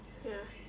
ya